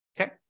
Okay